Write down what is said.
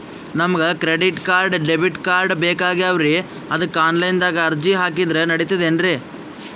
ನಮಗ credit card, debit card ಬೇಕಾಗ್ಯಾವ್ರೀ ಅದಕ್ಕ ಆನಲೈನದಾಗ ಅರ್ಜಿ ಹಾಕಿದ್ರ ನಡಿತದೇನ್ರಿ?